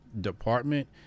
department